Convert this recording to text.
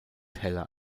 heller